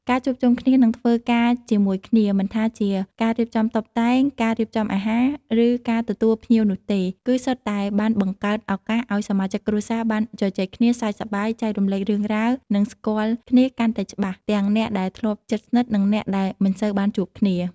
ការជួបជុំគ្នា និងធ្វើការជាមួយគ្នា មិនថាជាការរៀបចំតុបតែង ការរៀបចំអាហារ ឬការទទួលភ្ញៀវនោះទេ គឺសុទ្ធតែបានបង្កើតឱកាសឱ្យសមាជិកគ្រួសារបាន ជជែកគ្នា សើចសប្បាយ ចែករំលែករឿងរ៉ាវ និង ស្គាល់គ្នាកាន់តែច្បាស់ ទាំងអ្នកដែលធ្លាប់ជិតស្និទ្ធ និងអ្នកដែលមិនសូវបានជួបគ្នា។